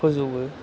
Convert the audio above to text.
फोजौवो